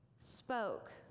spoke